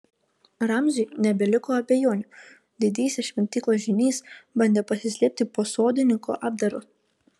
ramziui nebeliko abejonių didysis šventyklos žynys bandė pasislėpti po sodininko apdaru